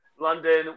London